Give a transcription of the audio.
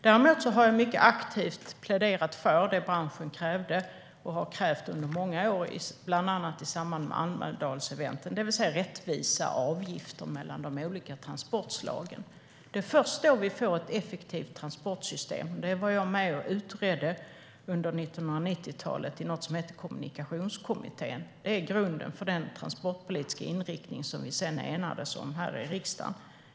Däremot har jag mycket aktivt pläderat för det branschen krävde och har krävt under många år, bland annat i samband med Almedalseventen, det vill säga rättvisa avgifter mellan de olika transportslagen. Det är först då vi får ett effektivt transportsystem. Det var jag med och utredde under 1990-talet i något som hette Kommunikationskommittén. Det är grunden för den transportpolitiska inriktning som vi sedan enades om här i riksdagen.